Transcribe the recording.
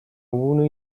uno